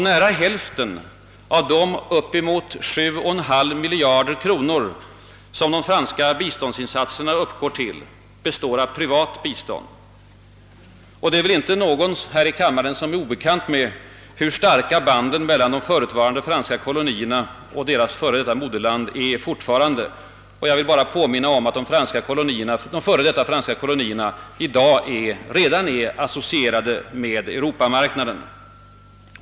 Nära hälften av de upp emot 7,5 miljarder kronor som de franska biståndsinsatserna uppgår till består av privat bistånd. Det är väl inte någon här i kammaren som är obekant med hur starka banden mellan de förutvarande franska kolonierna och deras f.d. moderland fortfarande är — jag vill bara påminna om 'att de f. d. franska kolonierna redan är associerade med Europamarknaden.